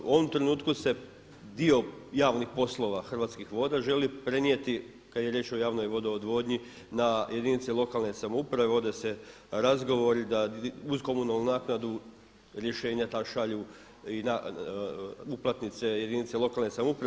U ovom trenutku se dio javnih poslova Hrvatskih voda želi prenijeti kada je riječ o javnoj vodo odvodnji na jedinice lokalne samouprave, vode se razgovori da uz komunalnu naknadu rješenja ta šalju i na uplatnice jedinice lokalne samouprave.